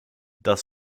das